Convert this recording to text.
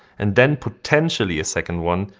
and then potentially a second one,